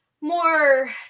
more